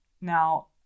Now